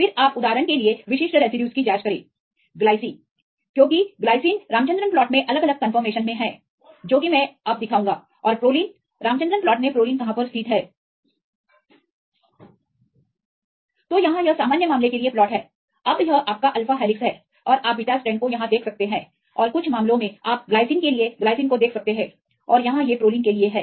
फिर आप उदाहरण के लिए विशिष्ट रेसिड्यूज की जाँच करें ग्लाइसिन क्योंकि ग्लाइसिन के रामचंद्रन प्लॉट में अलग अलग कन्फर्मेशन हैं जो कि मैं अब दिखाऊंगा और प्रोलीन रामचंद्रन प्लॉट में प्रोलीन कहां पर स्थित है तो यहाँ यह सामान्य केस के लिए प्लॉट है अब यह आपका अल्फा हेलिक्स है और आप बीटा स्ट्रैंड को यहाँ देख सकते हैं और कुछ मामलों में आप ग्लाइसिन के लिए ग्लाइसिन को देख सकते हैं और यहाँ ये प्रोलाइन के लिए हैं